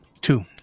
two